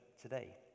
today